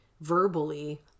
verbally